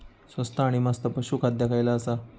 स्वस्त आणि मस्त पशू खाद्य खयला आसा?